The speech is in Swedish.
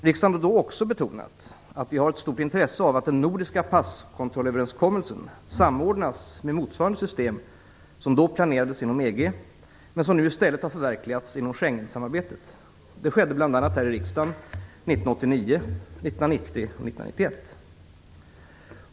Riksdagen har då också betonat att vi har ett stort intresse av att den nordiska passkontrollöverenskommelsen samordnas med motsvarande system, som då planerades inom EG, men som nu i stället har förverkligats genom Schengensamarbetet. Det skedde bl.a. här i riksdagen 1989, 1990 och 1991.